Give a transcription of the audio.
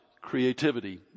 creativity